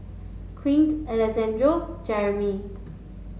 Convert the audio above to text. Quint Alejandro Jeramy